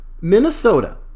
Minnesota